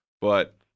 but-